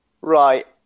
Right